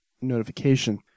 notification